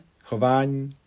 chování